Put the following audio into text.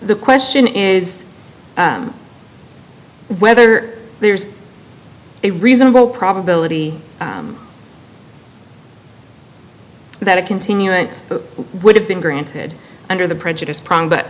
the question is whether there's a reasonable probability that a continuance would have been granted under the prejudice problem but